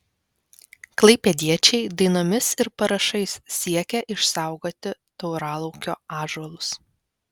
klaipėdiečiai dainomis ir parašais siekia išsaugoti tauralaukio ąžuolus